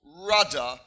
rudder